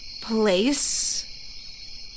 place